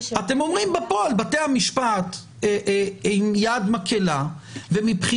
אתם אומרים שבפועל בתי המשפט עם יד מקלה ומבחינתם